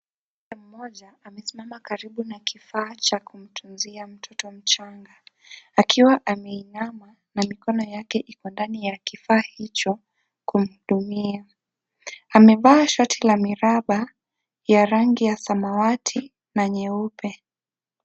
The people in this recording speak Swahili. Muuguzi mmoja amesimama karibu na kifaa cha kumtunzia mtoto mchanga akiwa ameinama na mikono yake iko ndani ya kifaa hicho kumhudumia amevaa shati la miraba ya rangi ya samawati na nyeupe.